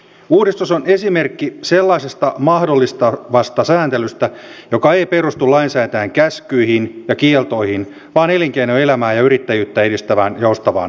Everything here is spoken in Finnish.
uudistus on esimerkki sellaisesta mahdollistavasta sääntelystä joka ei perustu lainsäätäjän käskyihin ja kieltoihin vaan elinkeinoelämää ja yrittäjyyttä edistävään joustavaan toimintaan